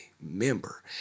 member